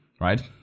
right